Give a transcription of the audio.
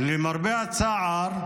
ולמרבה הצער,